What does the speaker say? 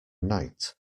night